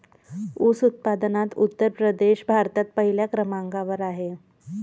ऊस उत्पादनात उत्तर प्रदेश भारतात पहिल्या क्रमांकावर आहे